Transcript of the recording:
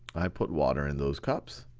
i put water in those cups.